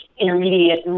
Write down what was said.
intermediate